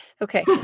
Okay